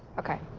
okay.